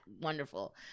wonderful